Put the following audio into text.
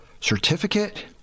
certificate